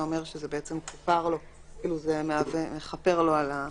סעיף 23 אומר שזה מוכר לו, זה מכפר על העבירה.